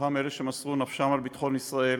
בתוכם אלה שמסרו נפשם על ביטחון ישראל,